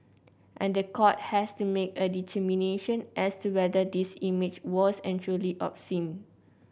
and the court has to make a determination as to whether this image was and truly obscene